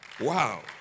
Wow